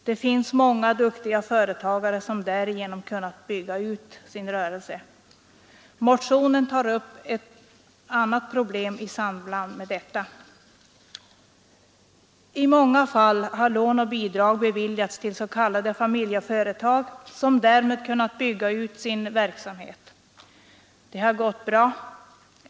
Det finns många duktiga företagare som därigenom kunnat bygga ut sin rörelse. I motionen behandlas ett annat problem i samband med detta. I många fall har lån och bidrag beviljats till s.k. familjeföretag, som därmed kunnat bygga ut sin verksamhet. Det har gått bra.